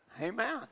Amen